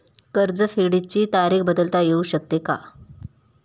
कर्ज परतफेडीची तारीख बदलता येऊ शकते का?